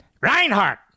Reinhardt